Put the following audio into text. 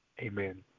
Amen